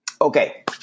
Okay